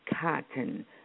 cotton